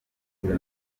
kwiba